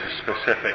specific